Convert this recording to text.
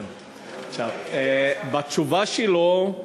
בתשובה שלו,